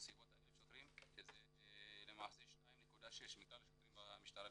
בסביבות 1,000 שוטרים שזה 2.6% מכלל השוטרים במשטרה.